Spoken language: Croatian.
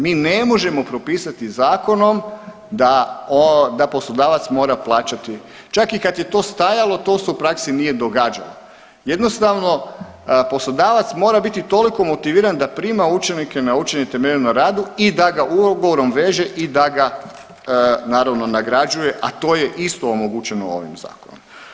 Mi ne možemo propisati zakonom da, da poslodavac mora plaćati, čak i kad je to stajalo to se u praksi nije događalo, jednostavno poslodavac mora biti toliko motiviran da prima učenike na učenje temeljeno na radu i da ga ugovor veže i da ga naravno nagrađuje, a to je isto omogućeno ovim zakonom.